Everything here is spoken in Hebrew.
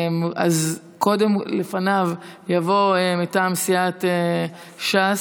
לפניו יבוא, מטעם סיעת ש"ס,